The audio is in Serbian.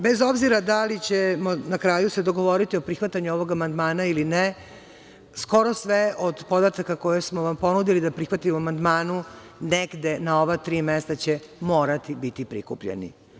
Bez obzira da li ćemo se na kraju dogovoriti o prihvatanju ovog amandmana ili ne, skoro sve od podataka, koje smo vam ponudili da prihvatimo u amandmanu, negde na ova tri mesta će morati biti prikupljeni.